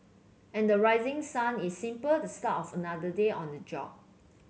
and the rising sun is simple the start of another day on the job